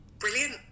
brilliant